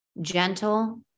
gentle